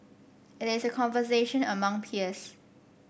it is a conversation among peers